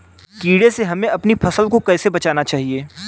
कीड़े से हमें अपनी फसल को कैसे बचाना चाहिए?